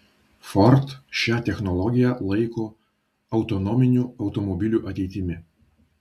ford šią technologiją laiko autonominių automobilių ateitimi